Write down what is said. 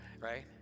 right